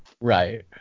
Right